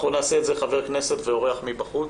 אנחנו ניתן רשות דיבור לחבר כנסת ואז לאורח מבחוץ,